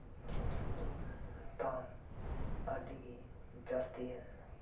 ᱡᱤᱱᱤᱥ ᱯᱚᱛᱨᱚ ᱫᱟᱢ ᱟᱹᱰᱤᱜᱮ ᱡᱟᱹᱥᱛᱤᱭᱮᱱ